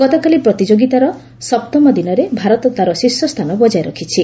ଗତକାଲି ପ୍ରତିଯୋଗିତାର ସପ୍ତମ ଦିନରେ ଭାରତ ତା'ର ଶୀର୍ଷ ସ୍ଥାନ ବଜାୟ ରଖିଛି